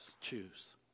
choose